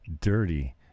dirty